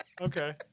Okay